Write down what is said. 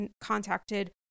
contacted